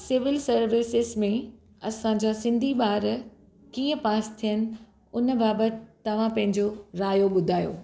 civil services में असांजा सिंधी ॿार कीअं पास थियनि उन बाबति तव्हां पंहिंजो राइ ॿुधायो